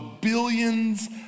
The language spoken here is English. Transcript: billions